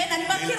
כן, אני מכירה.